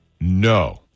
No